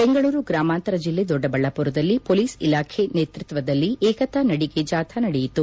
ಬೆಂಗಳೂರು ಗ್ರಾಮಾಂತರ ಜಿಲ್ಲೆ ದೊಡ್ಡಬಳ್ಳಾಪುರದಲ್ಲಿ ಪೊಲೀಸ್ ಇಲಾಖೆ ನೇತೃತ್ವದಲ್ಲಿ ಏಕತಾ ನಡಿಗೆ ಜಾಥಾ ನಡೆಯಿತು